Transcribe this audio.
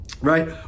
right